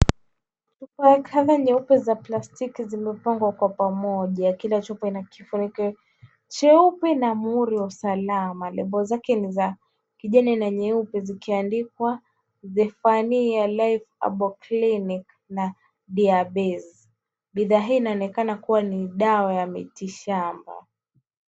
Chupa ya color nyeupe ya plastiki zimepangwa kwa pamoja. Kila chupa ina kifuniko cheupe na mhuri wa usalama. Lebo zake ni za kijani na nyeupe zikiandikwa Zephania Life Clinic na Diabes. Bidhaa hii inaonekana kua ni dawa ya miti shamba.